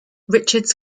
richards